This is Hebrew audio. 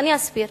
ואני אסביר: